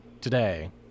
today